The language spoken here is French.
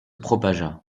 propagea